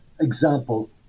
example